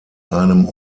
einem